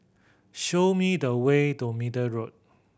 show me the way to Middle Road